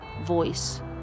voice